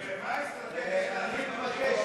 סעיף 1 נתקבל.